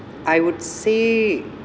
I would say